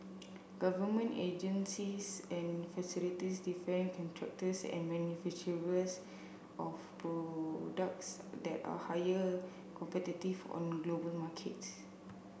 government agencies and facilities defence contractors and manufacturers of products that are higher competitive on global markets